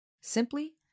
simply